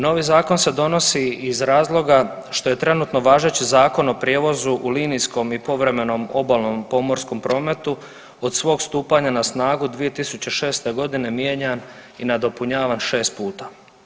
Novi zakon se donosi iz razloga što je trenutno važeći Zakon o prijevozu u linijskom i povremenom obalnom pomorskom prometu od svog stupanja na snagu 2006.g. mijenjan i nadopunjavan 6 puta.